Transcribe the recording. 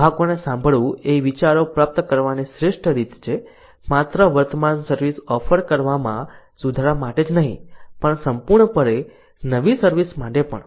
ગ્રાહકોને સાંભળવું એ વિચારો પ્રાપ્ત કરવાની શ્રેષ્ઠ રીત છે માત્ર વર્તમાન સર્વિસ ઓફર કરવામાં સુધારા માટે જ નહીં પણ સંપૂર્ણપણે નવી સર્વિસ માટે પણ